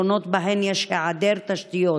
שכונות שבהן יש היעדר תשתיות.